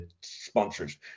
sponsors